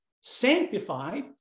sanctified